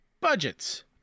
budgets